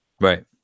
Right